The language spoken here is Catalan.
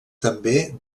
també